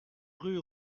rue